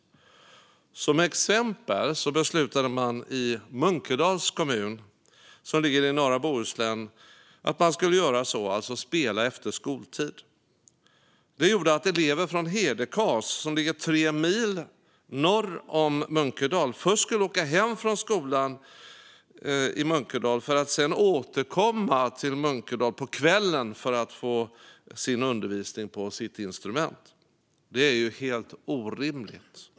Som exempel beslutade Munkedals kommun, som ligger i norra Bohuslän, att man skulle göra så, alltså spela efter skoltid. Det gjorde att elever från Hedekas, som ligger tre mil norr om Munkedal, först skulle åka hem från skolan i Munkedal för att sedan återkomma till Munkedal på kvällen för att få undervisning på sitt instrument. Det är ju helt orimligt.